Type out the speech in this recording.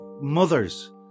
mothers